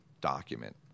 document